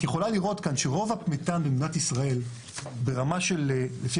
את יכולה לראות כאן שרוב המתאן במדינת ישראל ברמה של לפי